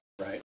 right